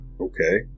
okay